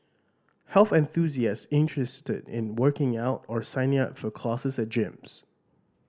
health enthusiasts interested in working out or signing up for classes at gyms